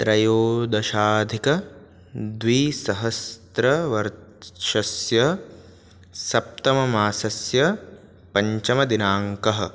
त्रयोदशाधिकद्विसहस्रवर्षस्य सप्तममासस्य पञ्चमदिनाङ्कः